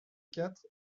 quatre